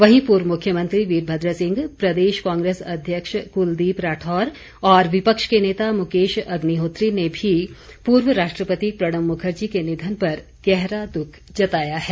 वहीं पूर्व मुख्यमंत्री वीरभद्र सिंह प्रदेश कांग्रेस अध्यक्ष कुलदीप राठौर और विपक्ष के नेता मुकेश अग्निहोत्री ने भी पूर्व राष्ट्रपति प्रणब मुखर्जी के निधन पर गहरा दुख जताया है